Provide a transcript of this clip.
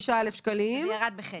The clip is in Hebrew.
וירד בחצי.